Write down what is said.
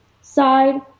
side